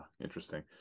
Interesting